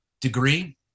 degree